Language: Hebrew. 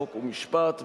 חוק ומשפט,